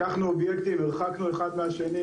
לקחנו אובייקטים והרחקנו אותם אחד מהשני,